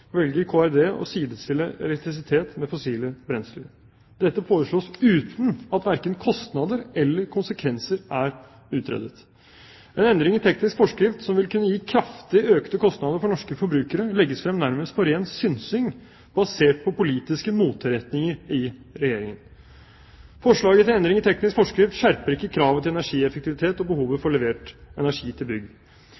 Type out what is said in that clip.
velger Kommunal- og regionaldepartementet å sidestille elektrisitet med fossile brensler. Dette foreslås uten at verken kostnader eller konsekvenser er utredet. En endring i teknisk forskrift som vil kunne gi kraftig økte kostnader for norske forbrukere, legges frem nærmest på ren synsing, basert på politiske moteretninger i Regjeringen. Forslaget til endring i teknisk forskrift skjerper ikke kravet til energieffektivitet og behovet